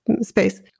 space